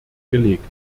gelegt